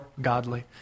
godly